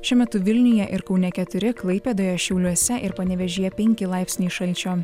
šiuo metu vilniuje ir kaune keturi klaipėdoje šiauliuose ir panevėžyje penki laipsniai šalčio